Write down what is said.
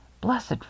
Blessed